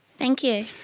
thank you.